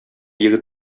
егет